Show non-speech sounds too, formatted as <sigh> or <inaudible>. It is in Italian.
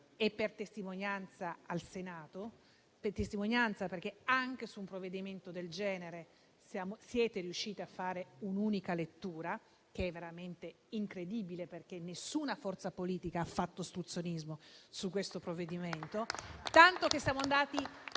"per testimonianza", perché anche su un provvedimento del genere siete riusciti a fare un'unica lettura. Ed è veramente incredibile, perché nessuna forza politica ha fatto ostruzionismo su questo provvedimento, <applause> tanto